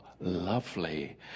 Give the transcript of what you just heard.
lovely